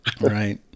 Right